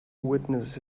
witness